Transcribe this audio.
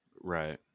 Right